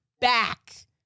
back